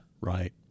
right